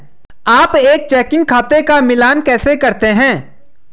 आप एक चेकिंग खाते का मिलान कैसे करते हैं?